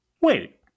Wait